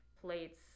plates